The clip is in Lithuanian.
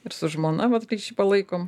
ir su žmona vat ryšį palaikom